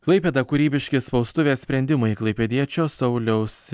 klaipėda kūrybiški spaustuvės sprendimai klaipėdiečio sauliaus